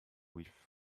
with